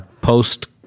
Post